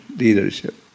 leadership